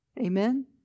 Amen